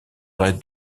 raid